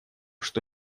что